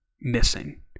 missing